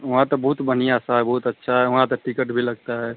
वहाँ तो बहुत बढ़ियाँ सा है बहुत अच्छा है वहाँ तो टिकट भी लगता है